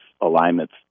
alignments